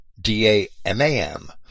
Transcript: D-A-M-A-M